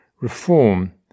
reform